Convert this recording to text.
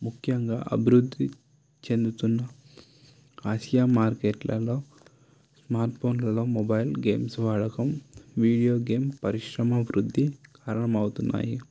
ముఖ్యంగా అభివృద్ధి చెందుతున్న ఆసియా మార్కెట్లలో స్మార్ట్ ఫోన్లలో మొబైల్ గేమ్స్ వాడకం వీడియో గేమ్ పరిశ్రమ అభివృద్ధి కారణం అవుతున్నాయి